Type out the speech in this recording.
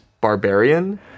barbarian